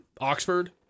Oxford